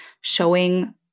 showing